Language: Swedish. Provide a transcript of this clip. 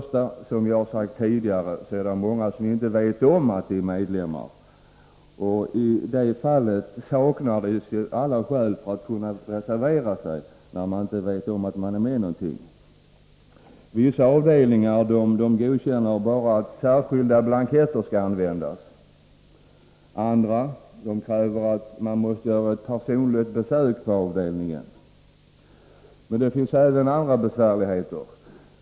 Som jag tidigare sagt är det många som inte vet om att de är medlemmar, och i det fallet saknar de ju alla skäl att reservera sig. Vissa avdelningar godkänner bara användande av särskilda blanketter. Andra kräver att man skall göra ett personligt besök på avdelningen. Men det finns ytterligare besvärligheter.